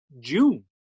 June